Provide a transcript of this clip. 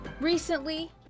Recently